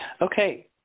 Okay